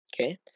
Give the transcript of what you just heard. Okay